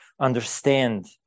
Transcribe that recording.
understand